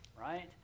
right